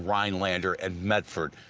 rhinelander and medford.